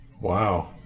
Wow